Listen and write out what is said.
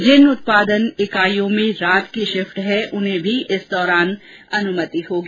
जिन उत्पादन इंकाईयों में रात की शिफ्ट है उन्हें इस दौरान अनुमति होगी